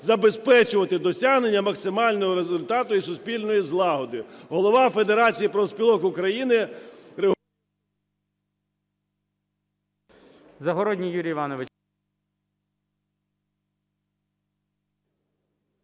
забезпечувати досягнення максимального результату і суспільної злагоди.